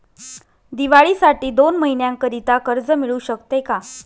दिवाळीसाठी दोन महिन्याकरिता कर्ज मिळू शकते का?